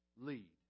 lead